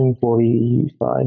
forty-five